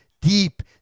deep